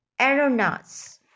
aeronauts